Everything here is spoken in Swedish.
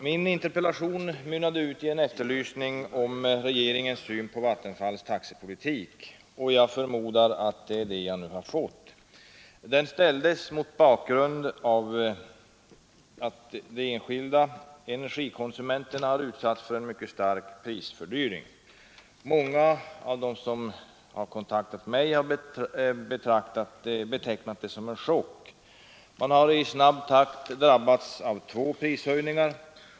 Min interpellation mynnade ut i en efterlysning om regeringens syn på Vattenfalls taxepolitik. Jag förmodar att det är det beskedet jag nu har fått. Min interpellation mynnade ut i en efterlysning om regeringens syn på Vattenfalls taxepolitik. Jag förmodar att det är det beskedet jag nu fått. som kontaktat mig har betecknat det som en chock. Man har i snabb takt drabbats av två prishöjningar.